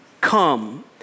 come